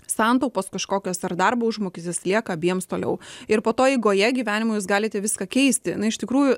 santaupos kažkokios ar darbo užmokestis lieka abiems toliau ir po to eigoje gyvenimo jūs galite viską keisti na iš tikrųjų